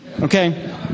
okay